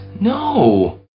No